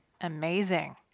amazing